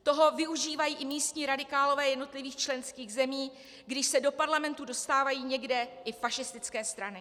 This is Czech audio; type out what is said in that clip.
Toho využívají i místní radikálové jednotlivých členských zemí, když se do parlamentu dostávají někde i fašistické strany.